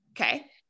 Okay